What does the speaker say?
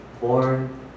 born